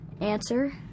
answer